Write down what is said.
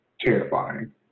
terrifying